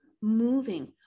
moving